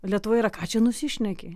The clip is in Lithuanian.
lietuvoje yra ką čia nusišneki